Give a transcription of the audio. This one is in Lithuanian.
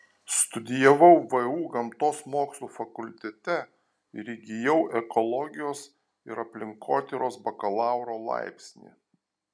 studijavau vu gamtos mokslų fakultete ir įgijau ekologijos ir aplinkotyros bakalauro laipsnį